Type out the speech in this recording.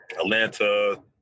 Atlanta